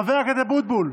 חבר הכנסת אבוטבול,